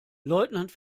leutnant